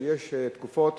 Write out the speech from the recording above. יש תקופות